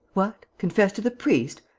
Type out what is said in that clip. what? confess to the priest?